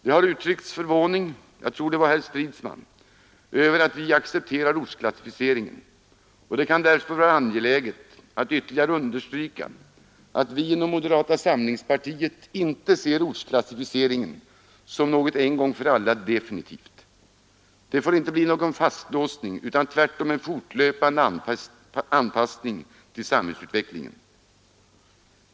Det har här uttryckts förvåning — jag tror det var herr Stridsman som gjorde det över att vi accepterar ortsklassificeringen, och därför kan det vara angeläget att ytterligare understryka att vi inom moderata samlingspartiet inte ser ortsklassificeringen som något en gång för alla definitivt. Det får inte bli någon fastlåsning utan tvärtom en fortlöpande anpassning till samhällsutvecklingen.